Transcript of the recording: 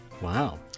Wow